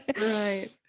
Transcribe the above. Right